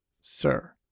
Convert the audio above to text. sir